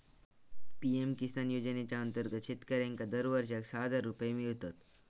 PM Kisan योजनेच्या अंतर्गत शेतकऱ्यांका दरवर्षाक सहा हजार रुपये मिळतत